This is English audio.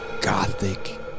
gothic